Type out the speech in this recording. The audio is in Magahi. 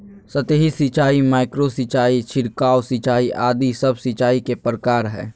सतही सिंचाई, माइक्रो सिंचाई, छिड़काव सिंचाई आदि सब सिंचाई के प्रकार हय